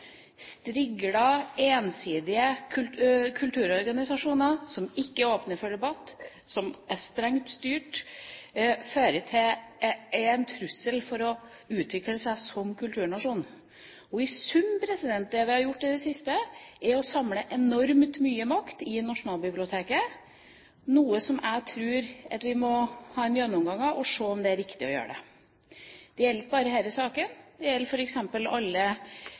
Striglete, ensidige kulturorganisasjoner som ikke er åpne for debatt, som er strengt styrt, er en trussel mot at vi utvikler oss som kulturnasjon. I sum er det vi har gjort i det siste, å samle enormt mye makt i Nasjonalbiblioteket, noe som jeg tror vi må ha en gjennomgang av og se på om det er riktig å gjøre. Det gjelder ikke bare denne saken. Det gjelder f.eks. alle